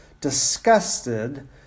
disgusted